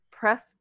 press